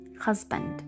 husband